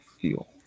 feel